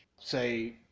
say